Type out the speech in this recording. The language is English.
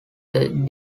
then